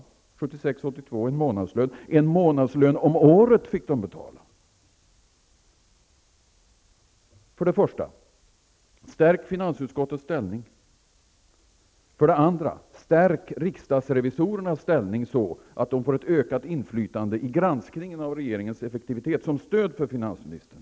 Åren 1976--1982 fick de betala en månadslön om året. För det första: Stärk finansutskottets ställning. För det andra: Stärk riksdagsrevisorernas ställning så att de får ett ökat inflytande i granskningen av regeringens effektivitet som stöd för finansministern.